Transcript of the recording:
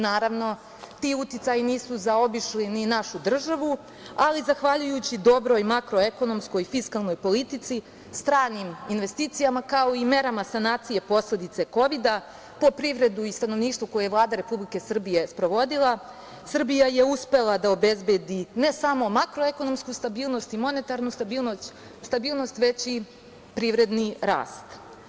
Naravno, ti uticaji nisu zaobišli ni našu državu, ali zahvaljujući dobroj makro-ekonomskoj fiskalnoj politici stranim investicijama, kao i merama sanacije posledice Kovida po privredu i stanovništvo koje Vlada Republike Srbije sprovodila, Srbija je uspela da obezbedi ne samo makro-ekonomsku stabilnost i monetarnu stabilnost, već i privredni rast.